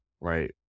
right